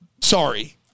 Sorry